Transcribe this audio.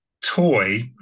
toy